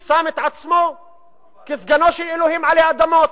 הוא שם את עצמו כסגנו של אלוהים עלי אדמות.